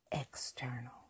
external